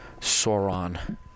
Sauron